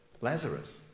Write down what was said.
Lazarus